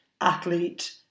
athlete